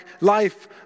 life